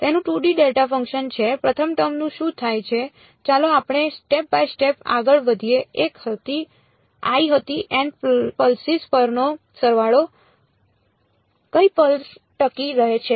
તેનું 2D delta function છે પ્રથમ ટર્મનું શું થાય છે ચાલો આપણે સ્ટેપ બાય સ્ટેપ આગળ વધીએ I હતી N pulses પરનો સરવાળો કઈ પલ્સ ટકી રહે છે